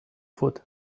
foot